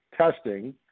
testing